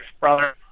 brother